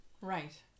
right